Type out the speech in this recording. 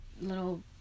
little